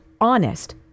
honest